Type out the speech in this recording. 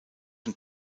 und